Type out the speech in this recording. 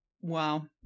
Wow